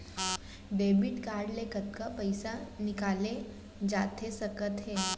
Debit card ले कतका पइसा निकाले जाथे सकत हे?